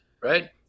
right